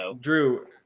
Drew